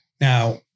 Now